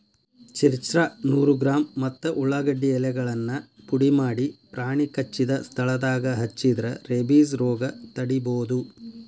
ಚಿರ್ಚ್ರಾ ನೂರು ಗ್ರಾಂ ಮತ್ತ ಉಳಾಗಡ್ಡಿ ಎಲೆಗಳನ್ನ ಪುಡಿಮಾಡಿ ಪ್ರಾಣಿ ಕಚ್ಚಿದ ಸ್ಥಳದಾಗ ಹಚ್ಚಿದ್ರ ರೇಬಿಸ್ ರೋಗ ತಡಿಬೋದು